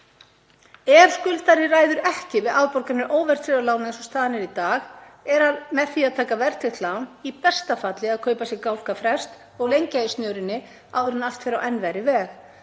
Ef skuldari ræður ekki við afborganir óverðtryggðra lána, eins og staðan er í dag, er hann með því að taka verðtryggt lán í besta falli að kaupa sér gálgafrest og lengja í snörunni áður en allt fer á enn verri veg.